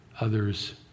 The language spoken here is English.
others